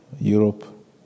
Europe